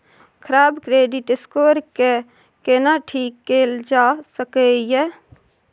खराब credit score के केना ठीक कैल जा सकै ये?